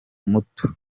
muto